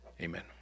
Amen